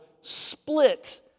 split